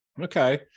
Okay